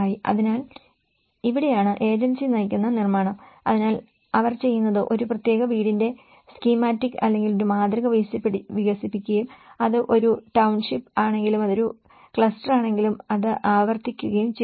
അതിനാൽ ഇവിടെയാണ് ഏജൻസി നയിക്കുന്ന നിർമ്മാണം അതിനാൽ അവർ ചെയ്യുന്നത് ഒരു പ്രത്യേക വീടിന്റെ സ്കീമാറ്റിക് അല്ലെങ്കിൽ ഒരു മാതൃക വികസിപ്പിക്കുകയും അത് ഒരു ടൌൺഷിപ്പ് ആണെങ്കിലും അത് ഒരു ക്ലസ്റ്ററാണെങ്കിലും അത് ആവർത്തിക്കുകയും ചെയ്യുന്നു